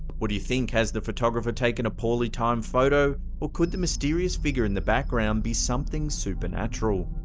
what do you think? has the photographer taken a poorly timed photo? or could the mysterious figure in the background be something supernatural?